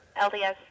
LDS